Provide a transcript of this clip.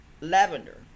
lavender